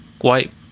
white